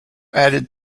added